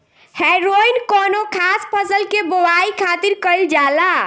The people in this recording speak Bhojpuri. हैरोइन कौनो खास फसल के बोआई खातिर कईल जाला